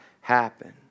happen